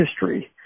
history